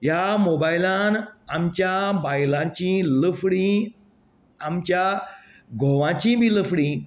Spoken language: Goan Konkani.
ह्या मोबायलान आमच्या बायलांची लफडी आमच्या घोवाची बी लफडी